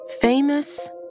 famous